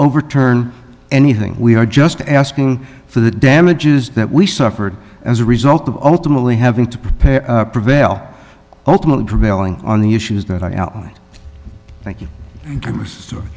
overturn anything we are just asking for the damages that we suffered as a result of ultimately having to prepare prevail ultimately prevailing on the issues that i